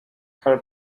her